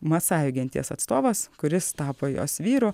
masajų genties atstovas kuris tapo jos vyru